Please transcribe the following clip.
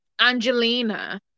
Angelina